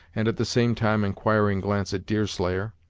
and at the same time inquiring glance at deerslayer.